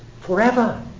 forever